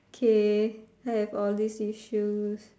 k I have all these issues